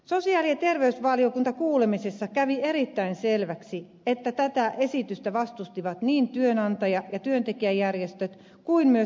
sosiaali ja terveysvaliokuntakuulemisessa kävi erittäin selväksi että tätä esitystä vastustivat niin työnantaja ja työntekijäjärjestöt kuin myös työttömyysvakuutusrahastokin